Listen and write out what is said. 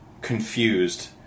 confused